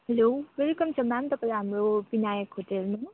hello welcome छ ma'am तपाईँलाई हाम्रो विनायक होटलमा